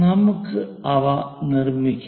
നമുക്ക് അവ നിർമ്മിക്കാം